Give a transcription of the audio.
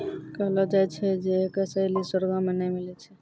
कहलो जाय छै जे कसैली स्वर्गो मे नै मिलै छै